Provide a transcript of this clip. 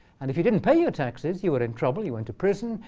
and if you didn't pay your taxes, you were in trouble. you went to prison.